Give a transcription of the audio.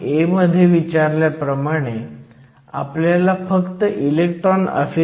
41 x 10 9 A इतका येतो